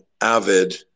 avid